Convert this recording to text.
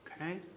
Okay